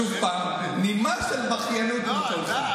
שוב פעם נימה של בכיינות בקולך.